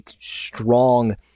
strong